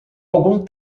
algum